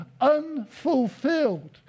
unfulfilled